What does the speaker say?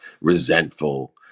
resentful